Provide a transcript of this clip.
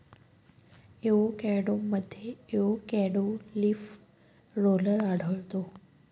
एवोकॅडोमध्ये avocado leaf roller आढळतो